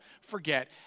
forget